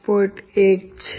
1 છે